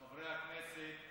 חברי הכנסת,